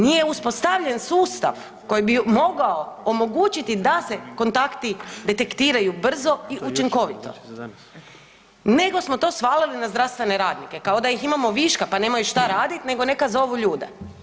Nije uspostavljen sustav koji bi mogao omogućiti da se kontakti detektiraju brzo i učinkovito, nego smo to svalili na zdravstvene radnike, kao da ih imamo viška pa nemaju što raditi, nego neka zovu ljude.